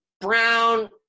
brown